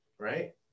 right